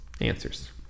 answers